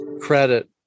credit